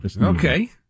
Okay